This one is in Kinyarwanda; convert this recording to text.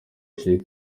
sheikh